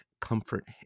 comfort